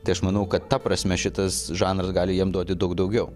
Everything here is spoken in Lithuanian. tai aš manau kad ta prasme šitas žanras gali jam duoti daug daugiau